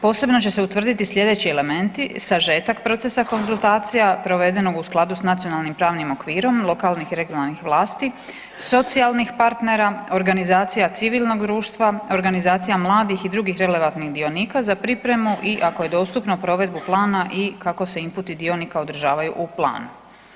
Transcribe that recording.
Posebno će se utvrditi slijedeći elementi, sažetak procesa konzultacija provedenog u skladu s nacionalnim pravnim okvirom lokalnih i regionalnih vlasti, socijalnih partnera, organizacija civilnog društva, organizacija mladih i drugih relevantnih dionika za pripremu i ako je dostupno provedbu plana i kako se inputi dionika održavaju u planu.